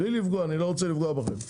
אני לא רוצה לפגוע בכם,